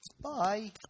Bye